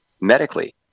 medically